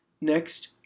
Next